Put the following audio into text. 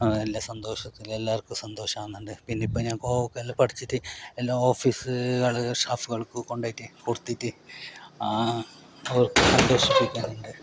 എല്ലാം സന്തോഷത്തിൽ എല്ലാവർക്കും സന്തോഷം ആണത് പിന്നെ ഇപ്പോൾ ഞങ്ങൾക്ക് പഠിച്ചിട്ട് എല്ലാ ഓഫീസുകളിൽ സ്റ്റാഫുകൾക്ക് കൊണ്ടു പോയിട്ട് കൊടുത്തിട്ട് ആ